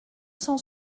cent